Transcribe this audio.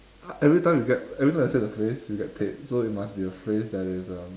uh every time you get every time I say the phrase you get paid so it must be a phrase that is um